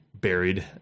buried